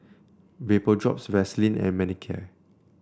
Vapodrops Vaselin and Manicare